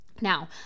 Now